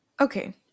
Okay